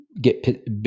get